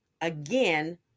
again